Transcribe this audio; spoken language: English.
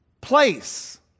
place